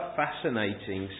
fascinating